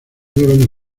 llevan